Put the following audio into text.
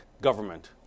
government